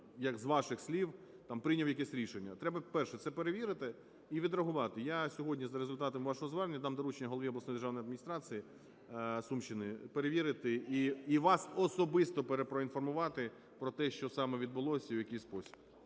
як з ваших слів, там прийняв якесь рішення. Треба, перше, це перевірити і відреагувати. Я сьогодні за результатом вашого звернення дам доручення голові обласної державної адміністрації Сумщини перевірити і вас особисто проінформувати про те, що саме відбулось і в який спосіб.